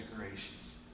decorations